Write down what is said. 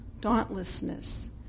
dauntlessness